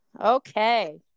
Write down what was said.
Okay